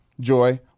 Joy